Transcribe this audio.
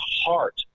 heart